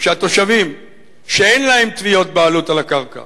שהתושבים שאין להם תביעות בעלות על הקרקע